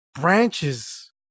branches